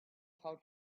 how